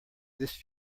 this